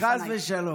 לא, חס ושלום.